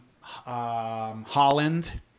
Holland